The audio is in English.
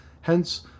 Hence